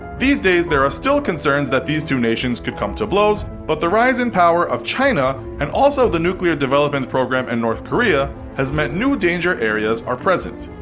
these days there are still concerns that these two nations could come to blows, but the rise in power of china and also the nuclear development program in north korea, has meant new danger areas are present.